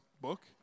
book